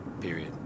period